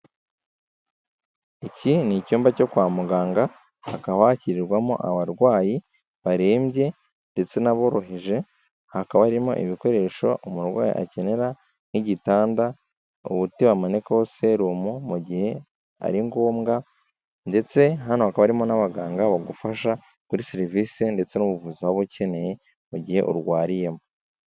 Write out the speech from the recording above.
Iki n'icyumba cyo kwa muganga, hakaba hakirirwamo abarwayi barembye ndetse n'aboroheje, hakaba harimo ibikoresho umurwayi akenera, nk'igitanda ubuti bamanikaho serumu mu gihe ari ngombwa ndetse hano hakaba harimo n'abaganga bagufasha kuri serivisi ndetse n'ubuvuzi waba ukeneye mu gihe urwariyemo.